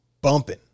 bumping